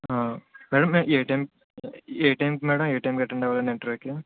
madam ఏ టైమ్కి madam ఏ టైమ్కి అటెండ్ అవ్వాలి మ్యాడమ్ ఇంటర్వ్యూకి